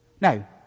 Now